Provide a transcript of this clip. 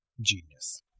Genius